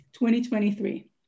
2023